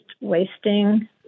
wasting